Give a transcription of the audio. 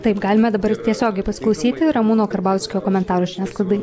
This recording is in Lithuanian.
taip galime dabar tiesiogiai pasiklausyti ramūno karbauskio komentarų žiniasklaidai